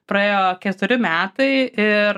praėjo keturi metai ir